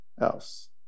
else